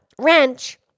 wrench